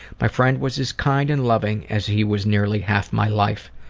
my friend was as kind and loving as he was nearly half my life